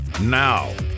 Now